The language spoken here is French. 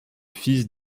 fils